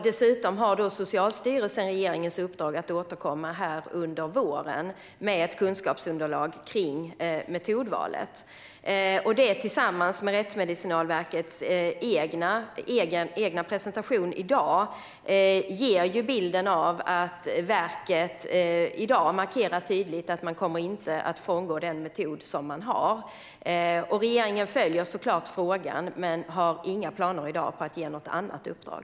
Dessutom har Socialstyrelsen regeringens uppdrag att återkomma under våren med ett kunskapsunderlag kring metodvalet. Det tillsammans med Rättsmedicinalverkets egen presentation i dag ger bilden att verket nu tydligt markerar att man inte kommer att frångå den metod som man har. Regeringen följer såklart frågan, men har i dag inga planer på att ge något annat uppdrag.